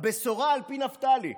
הבשורה על פי נפתלי.